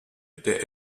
der